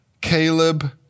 Caleb